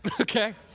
Okay